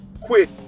quit